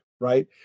Right